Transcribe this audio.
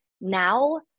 now